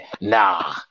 Nah